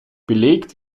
belegt